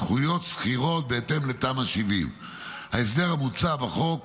זכויות שכירות בהתאם לתמ"א 70. ההסדר המוצע בחוק